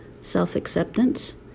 self-acceptance